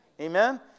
Amen